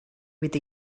with